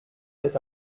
cet